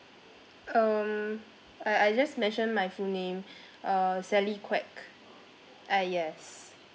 um I I just mentioned my full name uh sally kwek ah yes